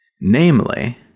Namely